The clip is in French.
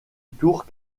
tour